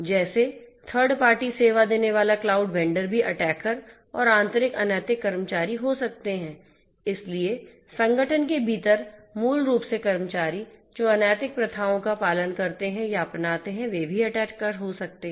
जैसे third party सेवा देने वाला क्लाउड वेंडर भी अटैकर और आंतरिक अनैतिक कर्मचारी हो सकते हैं इसलिए संगठन के भीतर मूल रूप से कर्मचारी जो अनैतिक प्रथाओं का पालन करते हैं या अपनाते हैं वे भी अटैकर हो सकते हैं